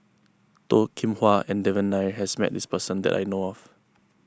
Toh Kim Hwa and Devan Nair has met this person that I know of